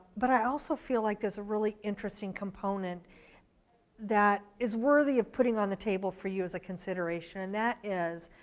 but i also feel like there's a really interesting component that is worthy of putting on the table for you as a consideration, and that is,